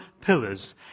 pillars